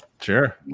Sure